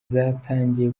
zatangiye